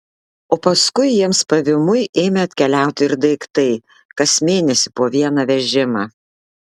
o paskui jiems pavymui ėmė atkeliauti ir daiktai kas mėnesį po vieną vežimą